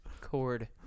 Cord